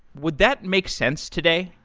would that make sense today?